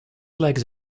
legs